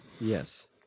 Yes